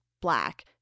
Black